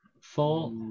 four